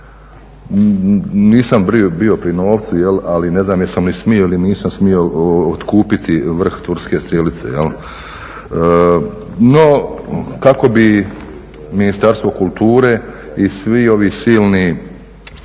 Nisam bio prvi novcu, ali ne znam jesam li smio ili nisam smio otkupiti vrh turske strelice. No, kako bi Ministarstvo kulture i svi ovi silni